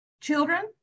children